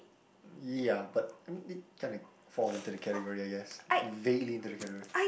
ya but I mean it kinda falls into the category I guess vaguely into the category